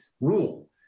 rule